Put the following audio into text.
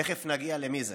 תכף נגיע למי הוא.